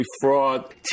fraud